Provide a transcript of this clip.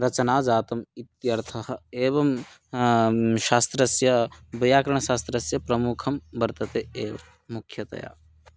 रचना जाता इत्यर्थः एवं शास्त्रस्य वैयाकरणशास्त्रस्य प्रमुखं वर्तते एव मुख्यतया